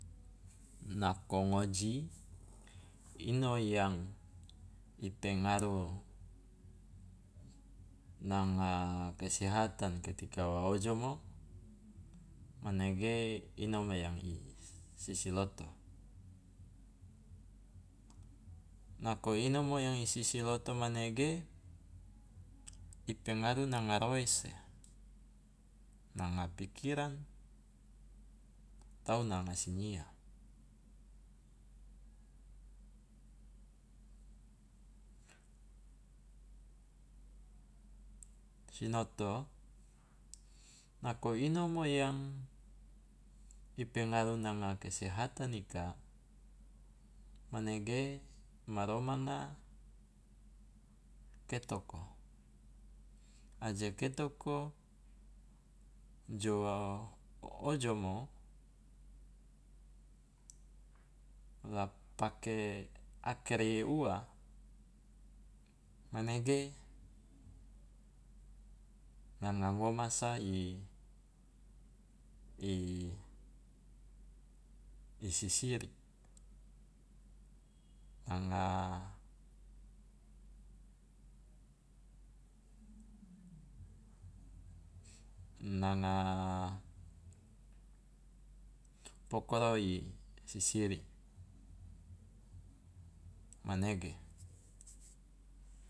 Nako ngoji, ino yang i pengaruh nanga kesehatan ketika wa ojomo manege inomo yang i sisiloto, nako inomo yang i sisiloto manege i pengaruh nanga roese, nanga pikiran, atau nanga sinyia. Sinoto, nako inomo yang i pengaruh nanga kesehatan ika manege ma romanga ketoko, aje ketoko jo ojomo la pake akere ua manege nanga ngomasa i sisiri, nanga nanga pokoro i sisiri, manege.